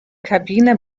kabine